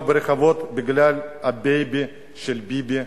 ברחובות בגלל הבייבי של ביבי,